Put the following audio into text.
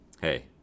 hey